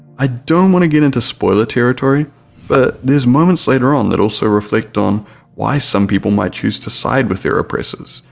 i don't want to get into spoiler territory but there are moments later on that also reflect on why some people might choose to side with their oppressors,